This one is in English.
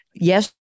Yes